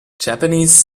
japanese